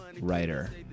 writer